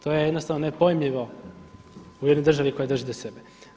To je jednostavno nepojmljivo u jednoj državi koja drži do sebe.